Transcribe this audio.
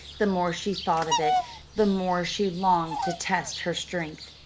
the more she thought of it the more she longed to test her strength.